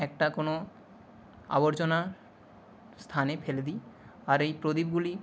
একটা কোনো আবর্জনার স্থানে ফেলে দিই আর এই প্রদীপগুলি